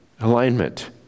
alignment